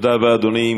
תודה רבה, אדוני.